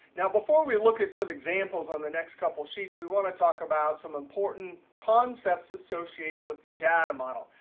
now, before we look at some examples on the next couple sheets, we want to talk about some important concepts associated with the data model.